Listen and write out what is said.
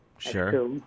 Sure